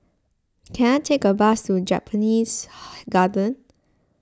can I take a bus to Japanese Garden